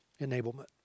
enablement